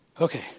Okay